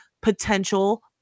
potential